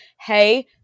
Hey